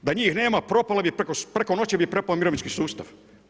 Da njih nema propalo bi, preko noći bi propao mirovinski sustav.